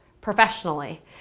professionally